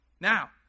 Now